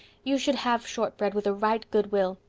you should have shortbread with a right good will.